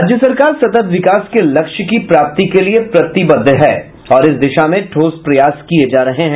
राज्य सरकार सतत विकास के लक्ष्य की प्राप्ति के लिये प्रतिबद्ध है और इस दिशा में ठोस प्रयास किये जा रहे हैं